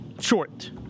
short